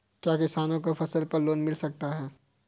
क्या किसानों को फसल पर लोन मिल सकता है?